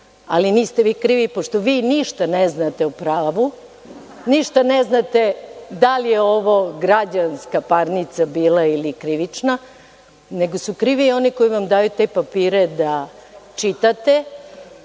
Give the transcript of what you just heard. niste vi krivi, pošto vi ništa ne znate o pravu, ništa ne znate da li je ovo građanska parnica bila ili krivična, nego su krivi oni koji vam daju te papire da čitate,